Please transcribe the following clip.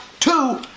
Two